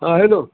हा हॅलो